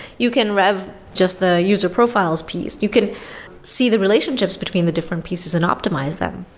you can rev just the user profiles piece. you can see the relationships between the different pieces and optimize them.